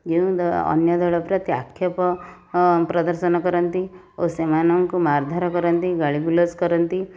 ଯେଉଁ ଦଳ ଅନ୍ୟଦଳ ପ୍ରତି ଆକ୍ଷେପ ଅ ପ୍ରଦର୍ଶନ କରନ୍ତି ଓ ସେମାନଙ୍କୁ ମାରଧର କରନ୍ତି ଗାଳିଗୁଲଜ କରନ୍ତି